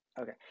Okay